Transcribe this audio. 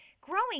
growing